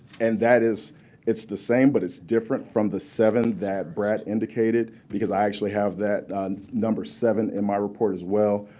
and that is the same, but it's different from the seven that brad indicated, because i actually have that number seven in my report, as well.